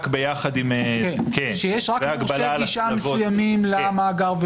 שיש רק מורשי גישה מסוימים למאגר,